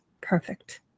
perfect